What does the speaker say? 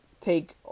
take